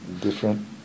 different